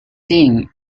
think